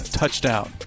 touchdown